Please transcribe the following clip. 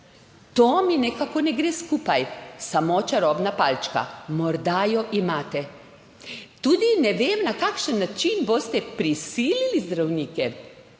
to mi nekako ne gre skupaj. Samo čarobna palčka. Morda jo imate. Tudi, ne vem, na kakšen način boste prisilili zdravnike,